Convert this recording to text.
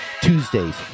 Tuesdays